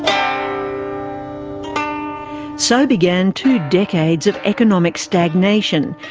um so began two decades of economic stagnation,